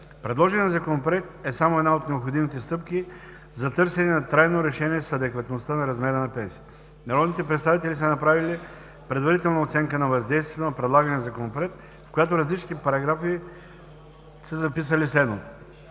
Предложеният Законопроект е само една от необходимите стъпки за търсене на трайно решение с адекватността на размера на пенсиите. Народните представители са направили предварителна оценка на въздействието на предлагания Законопроект, в която в различните параграфи са записали следното: